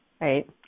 Right